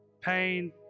pain